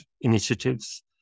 initiatives